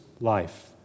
life